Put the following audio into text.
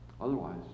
Otherwise